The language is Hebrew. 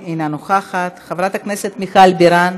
חברת הכנסת מרב מיכאלי,